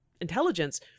intelligence